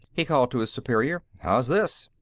he called to his superior. how's this?